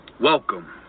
Welcome